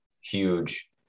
huge